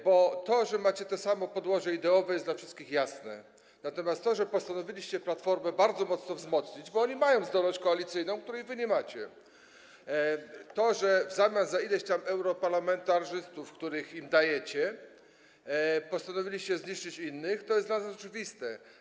bo to, że macie to samo podłoże ideowe, jest dla wszystkich jasne, to, że postanowiliście Platformę bardzo wzmocnić, bo ona ma zdolność koalicyjną, której wy nie macie, to, że w zamian za ileś tam europarlamentarzystów, których im dajecie, postanowiliście zniszczyć innych, jest dla nas oczywiste.